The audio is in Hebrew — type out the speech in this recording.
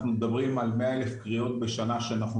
אנחנו מדברים על 100,000 קריאות בשנה שאנחנו